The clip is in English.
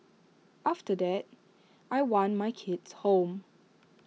after that I want my kids home